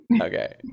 Okay